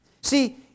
See